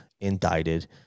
indicted